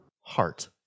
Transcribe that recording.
Heart